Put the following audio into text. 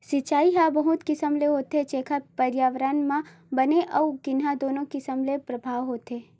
सिचई ह बहुत किसम ले होथे जेखर परयाबरन म बने अउ गिनहा दुनो किसम ले परभाव होथे